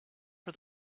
for